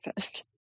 first